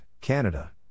Canada